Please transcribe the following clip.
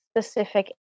specific